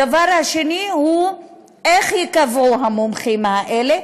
הדבר השני הוא איך ייקבעו המומחים האלה,